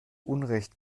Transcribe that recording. unrecht